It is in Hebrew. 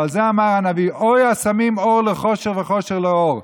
ועל זה אמר הנביא: הוי השמים אור לחושך וחושך לאור.